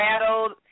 rattled